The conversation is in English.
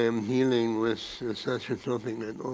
um dealing with such a